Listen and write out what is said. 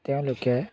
তেওঁলোকে